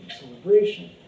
celebration